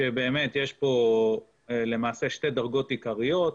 ויש פה למעשה שתי דרגות עיקריות.